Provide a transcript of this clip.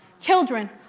Children